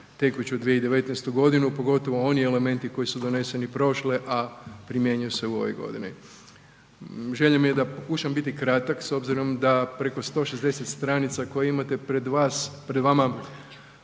tekuću 2019., pogotovo oni elementi koji su doneseni prošle, a primjenjuju se u ovoj godini. Želja mi je da pokušam biti kratak s obzirom da preko 160 stranica koje imate pred sobom sadržavaju